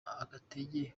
agatege